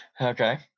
Okay